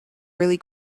really